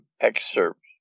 excerpts